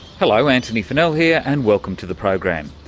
hello, antony funnell here and welcome to the program.